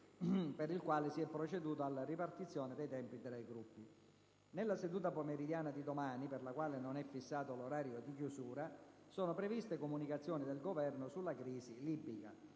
per il quale si è proceduto alla ripartizione dei tempi tra i Gruppi. Nella seduta pomeridiana di domani - per la quale non è fissato l'orario di chiusura - sono previste comunicazioni del Governo sulla crisi libica.